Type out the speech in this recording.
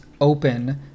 open